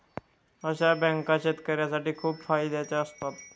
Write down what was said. अशा बँका शेतकऱ्यांसाठी खूप फायद्याच्या असतात